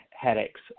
headaches